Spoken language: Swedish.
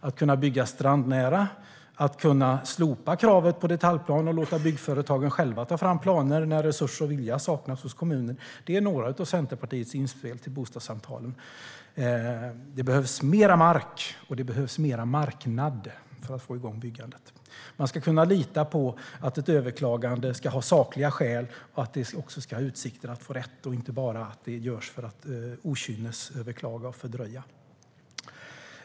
Att kunna bygga strandnära, att kunna slopa kravet på detaljplan och låta byggföretagen själva ta fram planer när resurser och vilja saknas hos kommuner är några av Centerpartiets inspel till bostadssamtalen. Det behövs mer mark, och det behövs mer marknad för att få igång byggandet. Man ska kunna lita på att ett överklagande har sakliga skäl och att det också ska finnas utsikter att få rätt och att det inte bara görs för att okynnesöverklaga och fördröja.